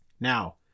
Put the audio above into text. Now